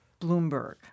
Bloomberg